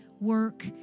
work